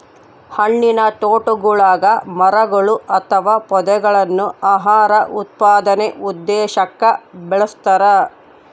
ಹಣ್ಣಿನತೋಟಗುಳಗ ಮರಗಳು ಅಥವಾ ಪೊದೆಗಳನ್ನು ಆಹಾರ ಉತ್ಪಾದನೆ ಉದ್ದೇಶಕ್ಕ ಬೆಳಸ್ತರ